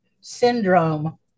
syndrome